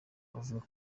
avuga